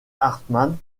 hartmann